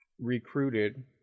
recruited